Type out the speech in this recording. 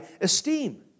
esteem